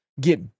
get